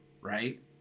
right